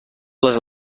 les